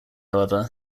however